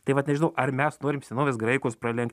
tai vat nežinau ar mes norim senovės graikus pralenkt